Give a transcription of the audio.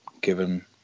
given